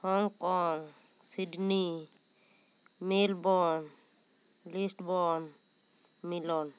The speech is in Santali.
ᱦᱚᱝᱠᱚᱝ ᱥᱤᱰᱱᱤ ᱱᱤᱨᱵᱚᱱ ᱞᱤᱥᱴᱵᱚᱱ ᱢᱤᱞᱚᱱ